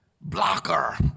blocker